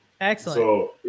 Excellent